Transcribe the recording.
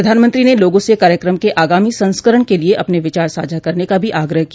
प्रधानमंत्री ने लोगों से कार्यक्रम के आगामी संस्करण के लिए अपने विचार साझा करने का भी आग्रह किया